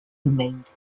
remained